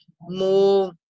more